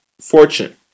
fortune